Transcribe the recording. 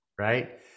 Right